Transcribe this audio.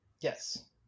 Yes